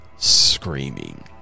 screaming